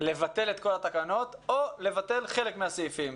לבטל את כל התקנות או לבטל חלק מהסעיפים.